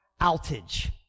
outage